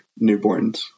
newborns